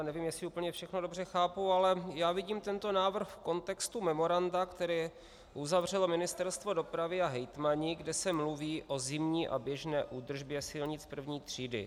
Nevím, jestli úplně všechno dobře chápu, ale vidím tento návrh v kontextu memoranda, které uzavřelo Ministerstvo dopravy a hejtmani, kde se mluví o zimní a běžné údržbě silnic první třídy.